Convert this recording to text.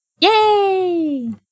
yay